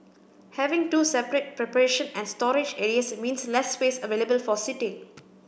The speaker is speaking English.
having two separate preparation and storage areas means less space available for seating